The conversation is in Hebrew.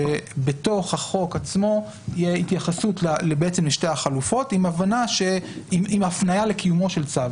שבתוך החוק עצמו תהיה התייחסות לשתי החלופות עם הפניה לקיומו של צו,